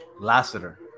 Lassiter